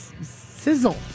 sizzle